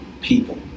people